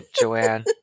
Joanne